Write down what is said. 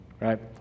right